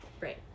Right